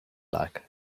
like